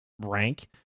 rank